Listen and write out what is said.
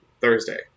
Thursday